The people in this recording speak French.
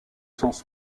sens